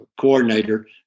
coordinator